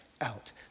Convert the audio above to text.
out